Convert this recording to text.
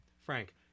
Frank